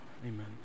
Amen